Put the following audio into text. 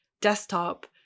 desktop